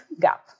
gap